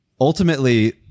ultimately